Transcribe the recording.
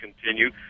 continue